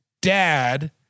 dad